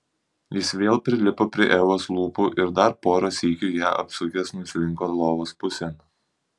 jis vėl prilipo prie evos lūpų ir dar porą sykių ją apsukęs nuslinko lovos pusėn